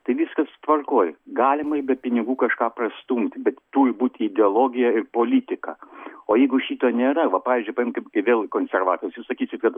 tai viskas tvarkoj galima i be pinigų kažką prastumti bet turi būt ideologija ir politika o jeigu šito nėra va pavyzdžiui paimkim vėl konservatorius jūs sakysit kad